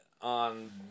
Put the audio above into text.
on